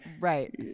right